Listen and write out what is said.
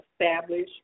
establish